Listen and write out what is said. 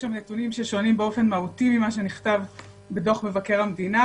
יש שם נתונים ששונים באופן מהותי ממה שנכתב בדוח מבקר המדינה,